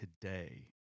today